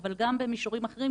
אבל גם במישורים אחרים,